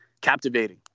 captivating